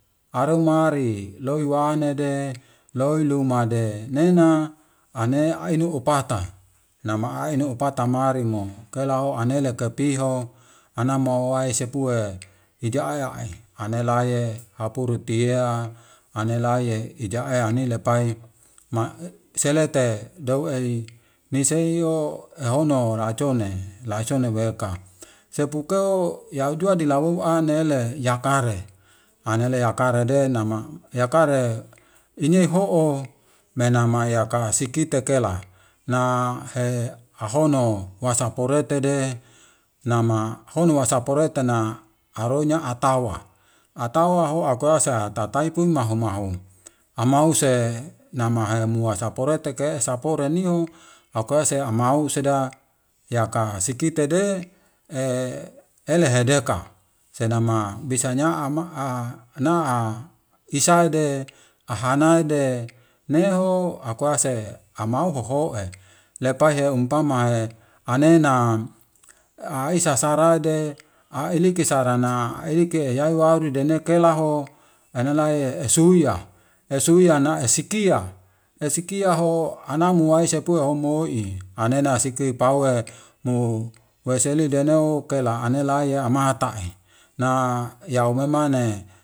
Are mari noiwanade noinumade nena ane aynu opata, nama aynu opata maa rimu, ke lau anele ke piho, anamawai sepuwe ija ayai, anelaye hapurutia, anelaye ija ayani lepai, maa selete dawi nise iyo ehono laa jone, laa jone weka. sepukeu yaudua dilawua nele yakare, a nele yakare de nama yakare ini ho'o mae nama yakasikitakela na he ahono wasapurete de nama hou wasapuretana aroina atawa, atawa ho akuasa tataipung mahu mahu, amahuse nama amua sapurete ke sapu renihu akuese amhou useda yaka sikitede elehedeka senama bisanya ama na'a isaide ahanaide neho akuase amau ho'o he napahe umpama e anena aisasarage a inike sarana inike yauwaru dinikelaho anilahe esuia, esuia na esikia, esikia ho anamuai sepui homo'i anena siki paue mu waisilidene'u kela anelaia amata'e, na yaumemane